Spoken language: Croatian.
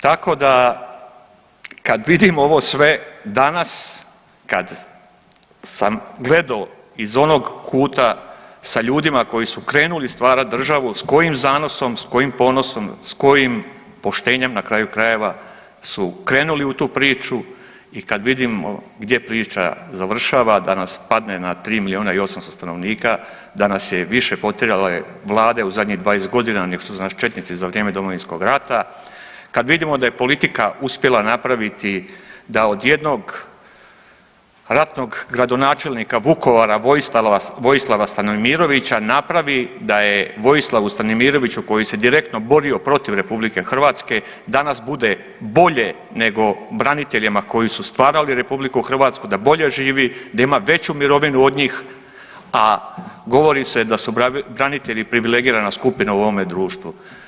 Tako da kad vidim ovo sve danas, kad sam gledao iz onog kuta sa ljudima koji su krenuli stvarat državu s kojim zanosom, s kojim ponosom, s kojim poštenjem na kraju krajeva su krenuli u tu priču i kad vidim gdje priča završava da nas spadne na 3 milijuna i 800 stanovnika, da nas je više potjerale vlade u zadnjih 20.g. nego što su nas četnici za vrijeme Domovinskog rata, kad vidimo da je politika uspjela napraviti da od jednog ratnog gradonačelnika Vukovara Vojislava Stanomirovića napravi da je Vojislavu Stanomiroviću koji se direktno borio protiv RH danas bude bolje nego braniteljima koji su stvarali RH, da bolje živi, da ima veću mirovinu od njih, a govori se da su branitelji privilegirana skupina u ovome društvu.